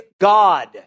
God